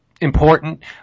important